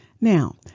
Now